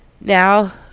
now